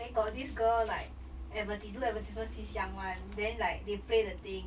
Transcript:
then got this girl like advertise~ do advertisement since young [one] then like they play the thing